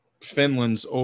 Finland's